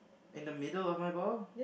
in the middle of my ball